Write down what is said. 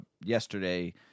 yesterday